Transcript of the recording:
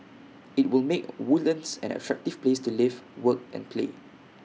IT will make Woodlands an attractive place to live work and play